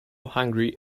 hungry